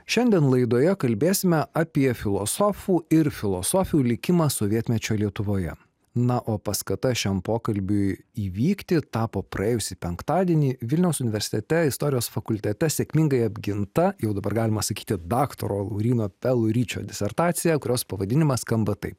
šiandien laidoje kalbėsime apie filosofų ir filosofių likimą sovietmečio lietuvoje na o paskata šiam pokalbiui įvykti tapo praėjusį penktadienį vilniaus universitete istorijos fakultete sėkmingai apginta jau dabar galima sakyti daktaro lauryno peluričio disertaciją kurios pavadinimas skamba taip